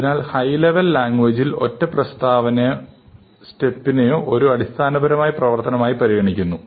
അതിനാൽ high level ലാംഗ്വേജ്കളിൽ ഒറ്റ പ്രസ്താവനയെയോ സ്റ്റെപ്പിനെയോ ഒരു അടിസ്ഥാനപരമായ പ്രവർത്തനമായി പരിഗണിക്കുന്നു